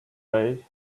day